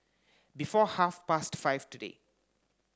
before half past five today